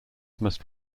must